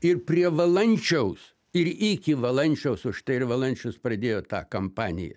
ir prie valančiaus ir iki valančiaus užtai ir valančius pradėjo tą kampaniją